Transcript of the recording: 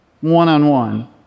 one-on-one